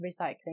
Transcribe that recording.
recycling